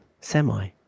semi